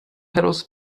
petals